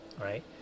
right